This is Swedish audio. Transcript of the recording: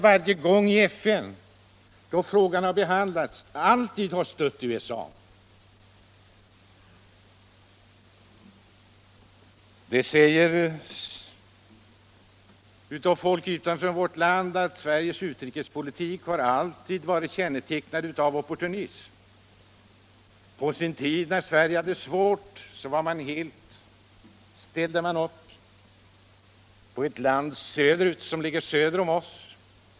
Varje gång Koreafrågan behandlats i FN har Sverige stött USA. Folket utanför vårt land säger att Sveriges utrikespolitvik kinnetecknas av opportunism. När Sverige på sin tid hade det svårt, ställde man upp för ett land som ligger söder om oss.